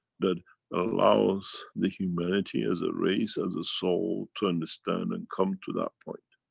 that allows the humanity as a race, as a soul to understand and come to that point.